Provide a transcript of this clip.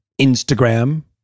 Instagram